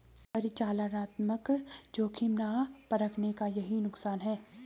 परिचालनात्मक जोखिम ना परखने का यही नुकसान है